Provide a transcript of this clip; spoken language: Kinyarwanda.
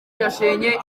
yashenye